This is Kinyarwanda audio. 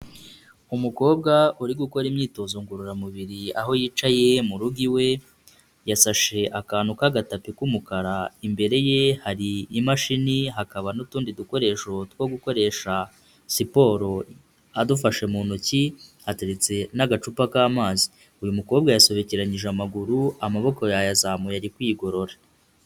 Umukobwa uri gukora imyitozo ngororamubiri aho yicaye mu rugo iwe, yasashe akantu k'agatapi k'umukara, imbere ye hari imashini hakaba n'utundi dukoresho two gukoresha siporo adufashe mu ntoki, hateretse n'agacupa k'amazi, uyu mukobwa yasobekeranyije amaguru amaboko yayazamuye ari kwigorora.